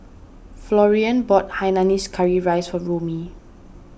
Florian bought Hainanese Curry Rice for Romie